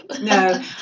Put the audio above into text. no